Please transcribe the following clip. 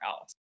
else